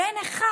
ואין אחד